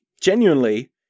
genuinely